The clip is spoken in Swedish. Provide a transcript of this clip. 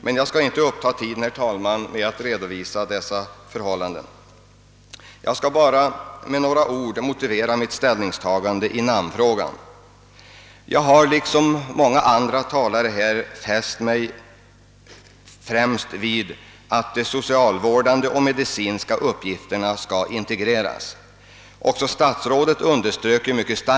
Men jag skall inte uppta tiden med att redovisa dessa, utan vill endast med några ord motivera mitt ställningstagande i namnfrågan. Jag har liksom många andra talare fäst mig främst vid att de socialvårdande och medicinska uppgifterna skall integreras. Också statsrådet underströk kraftigt detta.